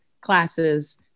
classes